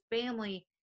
family